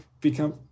become